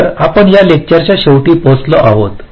तर आपण या लेक्चरच्या शेवटी पोहोचलो आहोत